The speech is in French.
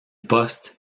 poste